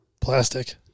Plastic